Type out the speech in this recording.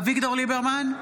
אביגדור ליברמן,